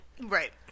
Right